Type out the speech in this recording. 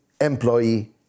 employee